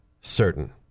certain